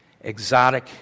exotic